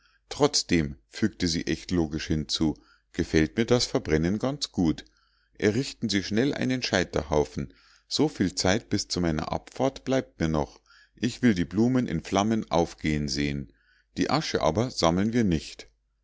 trotzdem fügte sie echt logisch hinzu gefällt mir das verbrennen ganz gut errichten sie schnell einen scheiterhaufen so viel zeit bis zu meiner abfahrt bleibt mir noch ich will die blumen in flammen aufgehen sehen die asche aber sammeln wir nicht